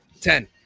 Ten